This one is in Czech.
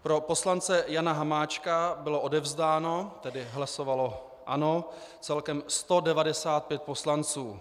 Pro poslance Jana Hamáčka bylo odevzdáno, tedy hlasovalo ano, celkem 195 poslanců.